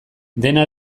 dena